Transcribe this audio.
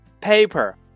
PAPER